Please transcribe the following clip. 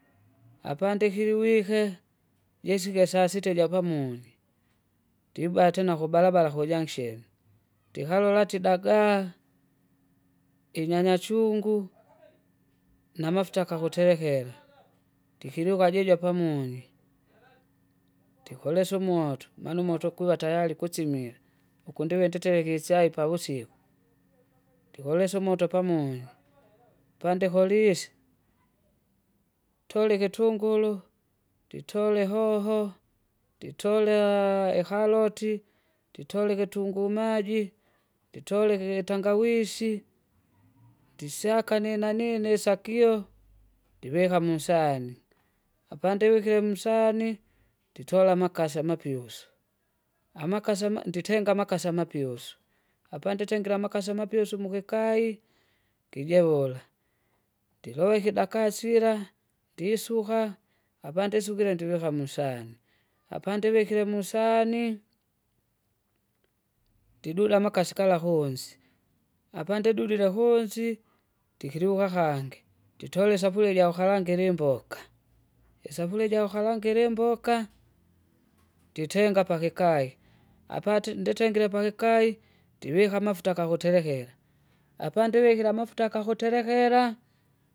apandikiwike, jiska sasita ijapamunyi, ndibatena kubalabala kujanksheni, ndikalola tidagaa, inyanyachungu, namafuta kakuterekera, ndikiluka jijo pamunywi, ndikolesa umoto, maana umoto kuwa tayari kusimile ukundive nditereke isyai pavusiku, ndikolesya umoto pamunywi. pandikolise, tula ikitunguru, nditule ihoho, nditulehaa ikaloti, nditule ikitunguu maji, nditule ik- itangawisi ndisyaka ninanii nisakio, ndivika musani, apandivikire musani! nditola amakasi amapyusu, amakasi ama- nditenga amakasi amapyusu, apanditengire amakasi amapyusu mukikai, kijevula. Ndilowe ikidakasi syira, ndisuka, apandisukile ndivika musahani, apandivikile musani. Ndiduda amakasi kala kuwunsi apandidudila kuwunsi, ndikiluka kangi nditole isefuria ijakukalangira imboka! isefuria jakukarangira imboka, nditenga pakikai. apati nditengire pakikai, ndivika amafuta kakuterekera, apandivikire amafuta kakuterekera.